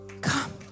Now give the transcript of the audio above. Come